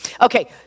Okay